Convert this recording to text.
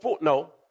No